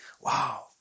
Wow